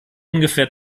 ungefähr